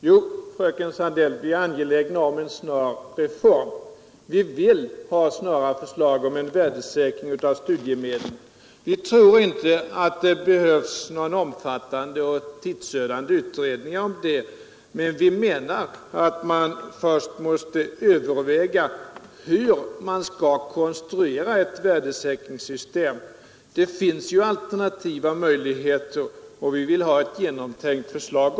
Nr 122 Herr talman! Jo, vi är angelägna om en snar reform, fröken Sandeli. Onsdagen den Vi vill ha snara förslag om en värdesäkring av studiemedlen. Vi tror inte 22 november 1972 att det behövs någon omfattande och tidsödande utredning om det, men SE vi menar att man till att börja med måste överväga hur man skall Återbetalning av konstruera ett värdesäkringssystem. Det finns alternativa möjligheter, och studiemedel m.m. vi vill ha ett genomtänkt förslag.